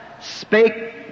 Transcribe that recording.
spake